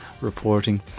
reporting